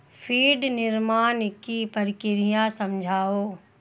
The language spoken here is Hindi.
फीड निर्माण की प्रक्रिया समझाओ